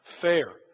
fair